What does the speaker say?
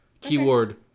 Keyword